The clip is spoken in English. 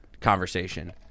conversation